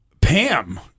Pam